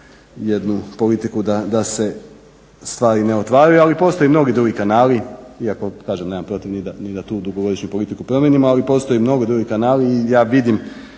jednu politiku da se stvari ne otvaraju, ali postoje i mnogi drugi kanali iako kažem nemam protiv ni da tu dugogodišnju politiku promijenimo ali postoje i mnogi drugi kanali i ja vidim